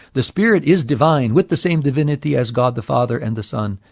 the spirit is divine with the same divinity as god the father and the son.